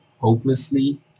hopelessly